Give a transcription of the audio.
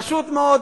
פשוט מאוד,